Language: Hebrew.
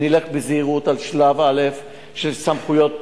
אני אלך בזהירות על שלב א', של סמכויות